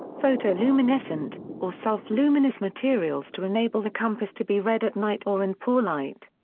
photoluminescent, or self-luminous materials to enable the compass to be read at night or in poor light.